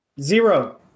Zero